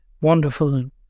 wonderful